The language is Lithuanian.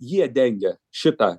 jie dengia šitą